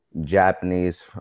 Japanese